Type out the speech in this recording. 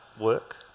work